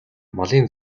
малын